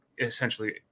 essentially